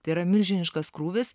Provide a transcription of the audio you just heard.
tai yra milžiniškas krūvis